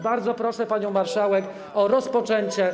Bardzo proszę panią marszałek o rozpoczęcie.